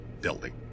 building